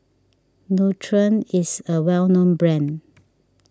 Nutren is a well known brand